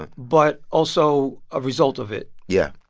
but but also a result of it yeah.